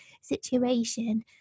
situation